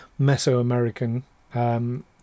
Mesoamerican